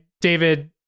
David